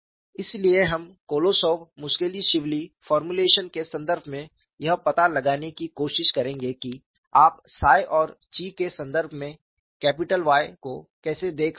इसलिए हम Kolosov Muskhelishvili formulation के संदर्भ में यह पता लगाने की कोशिश करेंगे कि आप 𝜳 और 𝛘 के संदर्भ में कैपिटल Y को कैसे देख सकते हैं